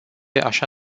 așa